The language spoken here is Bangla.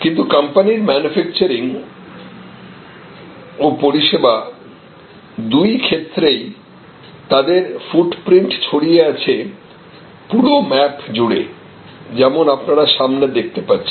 কিন্তু কোম্পানির ম্যানুফ্যাকচারিং ও পরিষেবা দুই ক্ষেত্রেই তাদের ফুটপৃন্ট ছড়িয়ে আছে পুরো ম্যাপ জুড়ে যেমন আপনারা সামনে দেখতে পাচ্ছেন